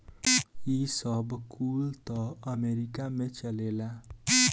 ई सब कुल त अमेरीका में चलेला